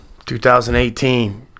2018